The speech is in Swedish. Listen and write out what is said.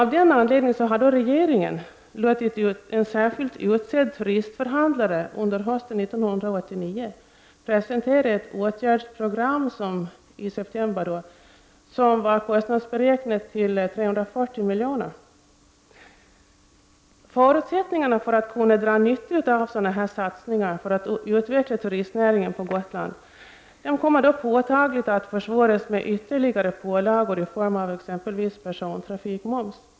Av den anledningen har regeringen låtit en särskilt utsedd turistförhandlare i september 1989 presentera ett åtgärdsprogram, som var kostnadsberäknat till 340 miljoner. Förutsättningarna för att man skall kunna dra nytta av sådana satsningar för att utveckla turistnäringen på Gotland kommer påtagligt att försvåras med ytterligare pålagor i form av exempelvis persontrafikmoms.